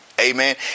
Amen